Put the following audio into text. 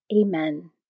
Amen